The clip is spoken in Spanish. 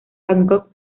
bangkok